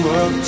up